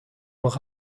war